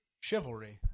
Chivalry